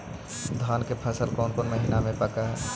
धान के फसल कौन महिना मे पक हैं?